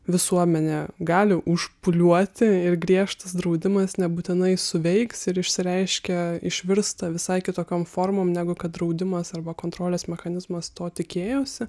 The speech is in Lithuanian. visuomenė gali užpūliuoti ir griežtas draudimas nebūtinai suveiks ir išsireiškia išvirsta visai kitokiom formom negu kad draudimas arba kontrolės mechanizmas to tikėjosi